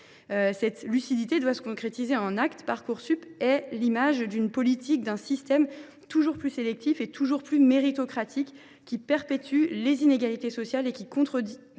Cette lucidité doit se traduire en actes. Parcoursup est à l’image d’une politique et d’un système toujours plus sélectifs et méritocratiques, qui perpétue les inégalités sociales et contredit